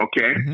okay